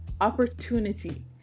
Opportunity